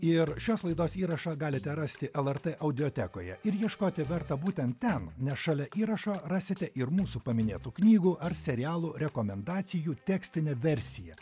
ir šios laidos įrašą galite rasti lrt audiotekoje ir ieškoti verta būtent ten nes šalia įrašo rasite ir mūsų paminėtų knygų ar serialų rekomendacijų tekstinę versiją